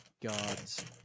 Gods